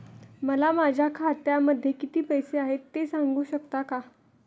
मला माझ्या खात्यामध्ये किती पैसे आहेत ते सांगू शकता का?